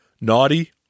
Naughty